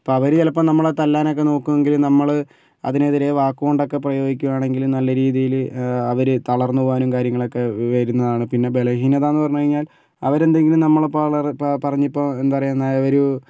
അപ്പം അവര് ചിലപ്പം നമ്മളെ തല്ലാൻ ഒക്കെ നോക്കുമെങ്കിലും നമ്മള് അതിനെതിരെ വാക്കുകൊണ്ടൊക്കെ പ്രയോഗിക്കുകയാണെങ്കിൽ നല്ല രീതിയിൽ അവര് തളർന്നു പോകുവാനും കാര്യങ്ങളൊക്കെ വരുന്നതാണ് പിന്നെ ബലഹീനത എന്ന് പറഞ്ഞ് കഴിഞ്ഞാൽ അവരെന്തെങ്കിലും നമ്മളെ പളാ പറഞ്ഞിപ്പോൾ എന്താ പറയുക ആ ഒരു